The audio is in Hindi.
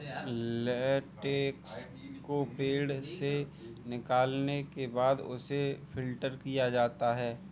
लेटेक्स को पेड़ से निकालने के बाद उसे फ़िल्टर किया जाता है